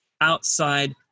outside